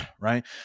right